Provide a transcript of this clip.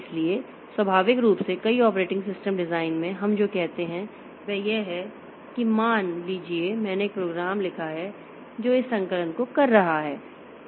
इसलिए स्वाभाविक रूप से कई ऑपरेटिंग सिस्टम डिजाइन में हम जो कहते हैं वह यह है कि मान लीजिए मैंने एक प्रोग्राम लिखा है जो इस संकलन को कर रहा है